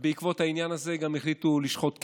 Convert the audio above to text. ובעקבות העניין הזה גם החליטו לשחוט כבש.